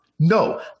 No